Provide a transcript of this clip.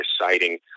citing